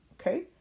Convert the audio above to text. Okay